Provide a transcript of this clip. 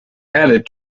added